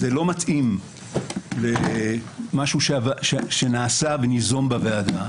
זה לא מתאים למשהו שנעשה וניזום בוועדה.